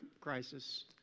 crisis